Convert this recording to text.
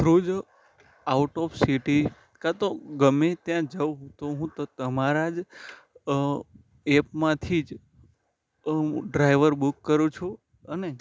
through જ out of city કાં તો ગમે ત્યાં જવું તો હું તો તમારા જ એપમાંથી જ ડ્રાઇવર બુક કરું છું અને